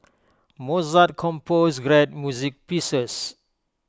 Mozart composed great music pieces